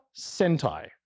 Sentai